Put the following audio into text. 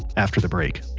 after the break